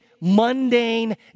mundane